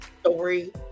story